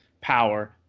power